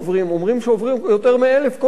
אומרים שעוברים פה יותר מ-1,000 בכל חודש,